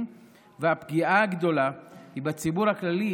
והפגיעה הגדולה היא בציבור הכללי,